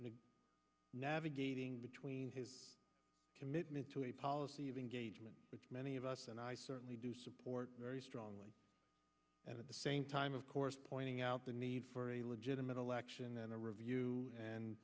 the navigating between his commitment to a policy of engagement which many of us and i certainly do support very strongly and at the same time of course pointing out the need for a legitimate election and a review and